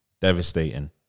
devastating